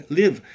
live